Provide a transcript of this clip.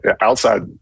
outside